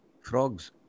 frogs